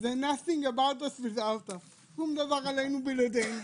זה שום דבר עלינו בלעדינו.